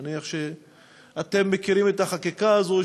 אני מניח שאתם מכירים את החקיקה הזאת,